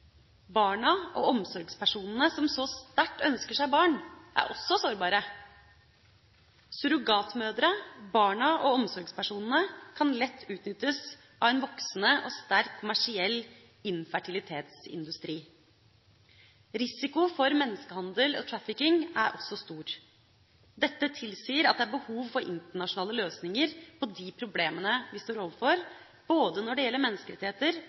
Barna og omsorgspersonene, som så sterkt ønsker seg barn, er også sårbare. Surrogatmødrene, barna og omsorgspersonene kan lett utnyttes av en voksende og sterkt kommersiell infertilititetsindustri. Risiko for menneskehandel og trafficking er også stor. Dette tilsier at det er behov for internasjonale løsninger på de problemene vi står overfor, når det gjelder både menneskerettigheter